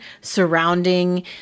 surrounding